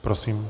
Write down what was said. Prosím.